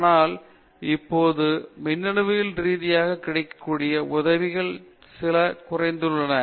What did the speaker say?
ஆனால் இப்போது மின்னணுவியல் ரீதியாக கிடைக்கக்கூடிய உதவியுடன் சிக்கல் குறைத்துள்ளது